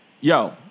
Yo